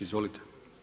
Izvolite.